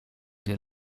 nie